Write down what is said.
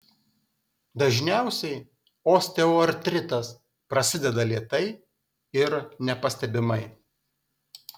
dažniausiai osteoartritas prasideda lėtai ir nepastebimai